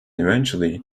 eventually